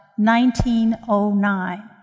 1909